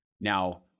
now